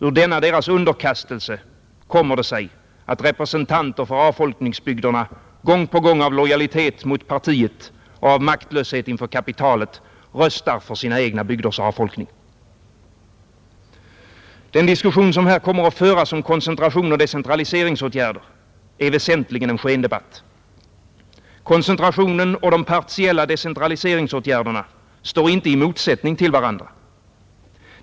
Ur denna deras underkastelse kommer det sig att representanter för avfolkningsbygderna gång på gång av lojalitet mot partiet och av maktlöshet inför kapitalet röstar för sina egna bygders avfolkning. Den diskussion som här kommer att föras om koncentration och decentraliseringsåtgärder är väsentligen en skendebatt. Koncentrationen och de partiella decentraliseringsåtgärderna står inte i motsättning till varandra.